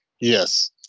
Yes